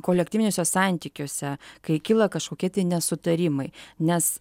kolektyviniuose santykiuose kai kyla kažkokie nesutarimai nes